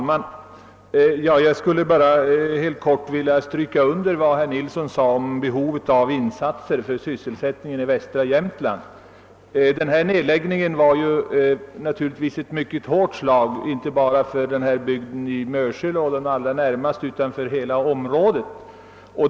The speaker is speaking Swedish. Herr talman! Jag skulle helt kort vilja understryka herr Nilssons i Östersund uttalande om behovet av insatser för sysselsättningen i västra Jämtland. Nedläggningen av Äggfors var ett mycket hårt slag, inte bara för Mörsilbygden utan för hela området.